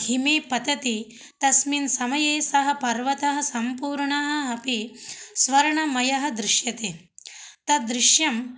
हिमे पतति तस्मिन् समये सः पर्वतः सम्पूर्ण अपि स्वर्णमयः दृश्यते तद्दृश्यम्